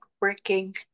working